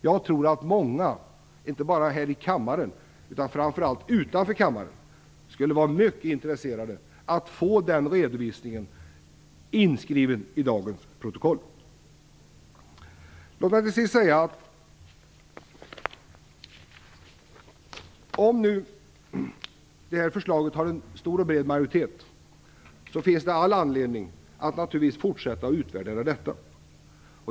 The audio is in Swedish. Jag tror att många, inte bara här i kammaren utan framför allt utanför, skulle vara mycket intresserade av att få den redovisningen inskriven i dagens protokoll. Låt mig till sist säga att även om det finns en stor och bred majoritet för förslaget, finns det all anledning att fortsätta att utvärdera detta.